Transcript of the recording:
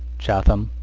chatham,